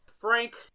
Frank